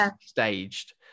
staged